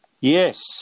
Yes